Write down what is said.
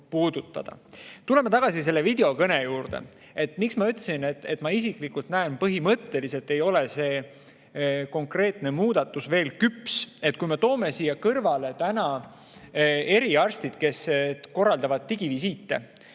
Tuleme tagasi selle videokõne juurde. Miks ma ütlesin, et ma isiklikult näen, et põhimõtteliselt ei ole see konkreetne muudatus veel küps? Toome siia kõrvale eriarstid, kes korraldavad digivisiite